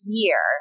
year